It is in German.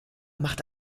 macht